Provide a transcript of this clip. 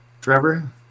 Trevor